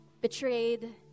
betrayed